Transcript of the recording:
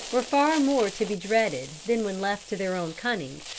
were far more to be dreaded than when left to their own cunning,